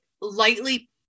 lightly